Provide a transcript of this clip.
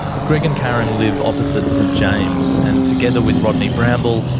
greg and karen live opposite st james, and, together with rodney bramble,